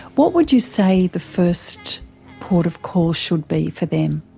what would you say the first port of call should be for them?